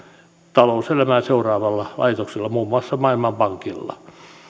talouselämää seuraavalla laitoksella muun muassa maailmanpankilla